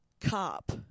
cop